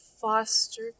foster